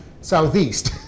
southeast